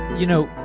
you know,